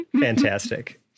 Fantastic